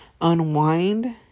unwind